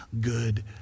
good